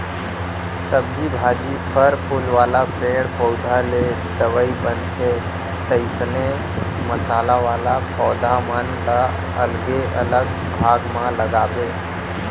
सब्जी भाजी, फर फूल वाला पेड़ पउधा ले दवई बनथे, तइसने मसाला वाला पौधा मन ल अलगे अलग भाग म लगाबे